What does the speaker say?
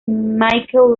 michael